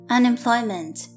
Unemployment